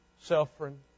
suffering